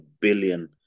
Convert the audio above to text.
billion